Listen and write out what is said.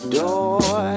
door